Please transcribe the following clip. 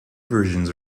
versions